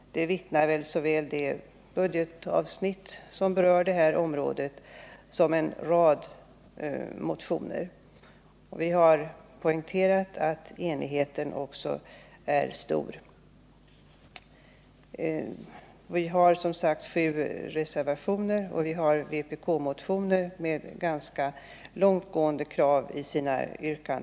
Om det vittnar väl både det budgetavsnitt som berör området i fråga och en rad motioner. Utskottet har också poängterat att enigheten är stor. Till betänkandet har som sagts avgivits sju reservationer, och dessutom finns det vpk-motioner med ganska långtgående krav.